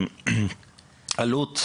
עלות,